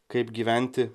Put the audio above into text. kaip gyventi